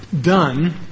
done